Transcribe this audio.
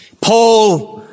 Paul